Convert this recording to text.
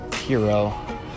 hero